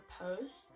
post